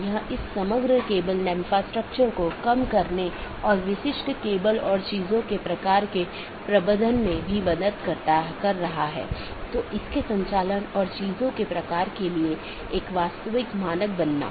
यदि आप याद करें तो हमने एक पाथ वेक्टर प्रोटोकॉल के बारे में बात की थी जिसने इन अलग अलग ऑटॉनमस सिस्टम के बीच एक रास्ता स्थापित किया था